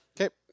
Okay